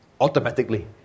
automatically